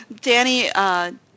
Danny